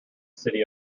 city